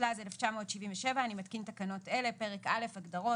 התשל"ז-1977 אני מתקין תקנות אלה: הגדרות.